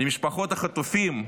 למשפחות החטופים,